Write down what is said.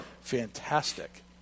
Fantastic